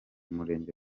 murenge